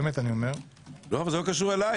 באמת אני אומר --- אבל זה לא קשור אלי,